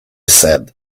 said